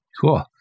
Cool